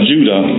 Judah